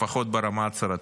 לפחות ברמה ההצהרתית.